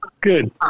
good